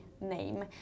name